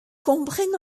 kompren